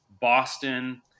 boston